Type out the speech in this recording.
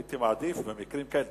הייתי מעדיף במקרים כאלה,